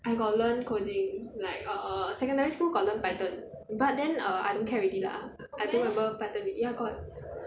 I got learn coding like err secondary school got learn python but then err I don't care already lah I don't remember python already ya got